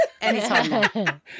anytime